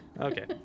Okay